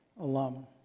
alum